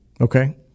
Okay